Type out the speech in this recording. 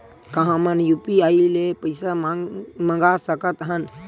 का हमन ह यू.पी.आई ले पईसा मंगा सकत हन?